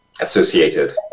Associated